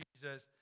Jesus